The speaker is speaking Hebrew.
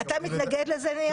אתה מתנגד לזה, ניר?